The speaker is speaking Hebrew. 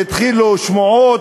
והתחילו שמועות,